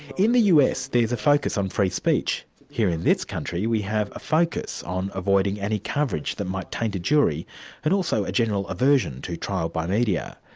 in the us there's a focus on free speech here in this country we have a focus on avoiding any coverage that might taint a jury and also a general aversion to trial by media.